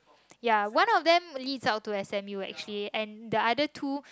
ya one of them list out to S M U actually and the other two